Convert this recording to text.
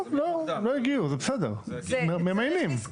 זה בסדר, ממיינים.